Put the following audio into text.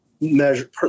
measure